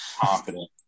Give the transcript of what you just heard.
confident